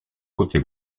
côté